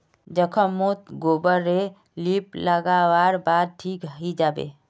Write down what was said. जख्म मोत गोबर रे लीप लागा वार बाद ठिक हिजाबे